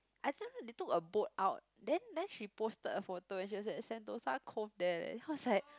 I think they took a boat out then then she posted a photo and she was at Sentosa Cove there leh then I was like